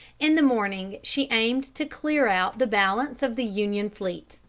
in the morning she aimed to clear out the balance of the union fleet.